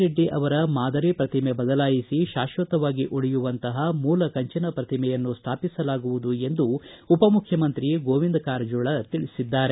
ರೆಡ್ಡಿ ಅವರ ಮಾದರಿ ಪ್ರತಿಮೆ ಬದಲಾಯಿಸಿ ಶಾಶ್ವತವಾಗಿ ಉಳಿಯುವಂತಪ ಮೂಲ ಕಂಚಿನ ಪ್ರತಿಮೆಯನ್ನು ಸ್ಥಾಪಿಸಲಾಗುವುದು ಎಂದು ಉಪಮುಖ್ಯಮಂತ್ರಿ ಗೋವಿಂದ ಕಾರಜೋಳ ತಿಳಿಸಿದ್ದಾರೆ